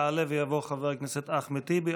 יעלה ויבוא חבר הכנסת אחמד טיבי,